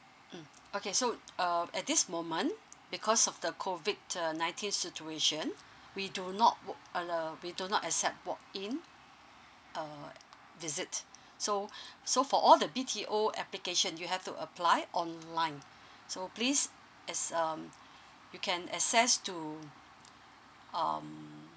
mm okay so um at this moment because of the COVID nineteen situation we do not uh we do not accept walk in uh visit so so for all the B_T_O application you have to apply online so please um you can access to um